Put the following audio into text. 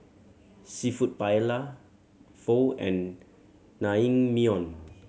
Seafood Paella Pho and Naengmyeon